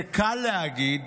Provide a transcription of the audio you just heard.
זה קל להגיד